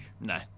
No